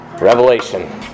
Revelation